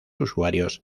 usuarios